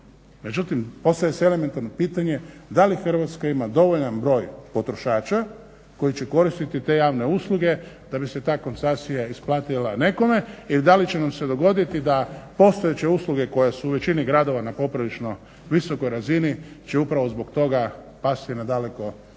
međutim postavlja se elementarno pitanje da li Hrvatska ima dovoljan broj potrošača koji će koristiti te javne usluge da bi se ta koncesija isplatila nekome. Ili da li će nam se dogoditi da postojeće usluge koje su u većini gradova na poprilično visokoj razini će upravo zbog toga pasti na daleko nižu